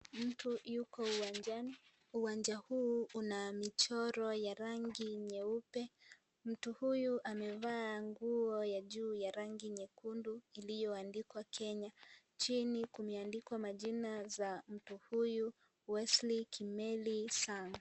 Mtu yuko uwanjani. Uwanja huu una michoro ya rangi nyeupe. Mtu huyu amevaa nguo ya juu ya rangi nyekundu iliyoandikwa Kenya. Chini, kumeandikwa majina za mtu huyu, Wesley Kimeli Sang'.